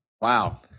Wow